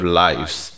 lives